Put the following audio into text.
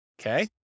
Okay